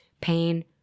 pain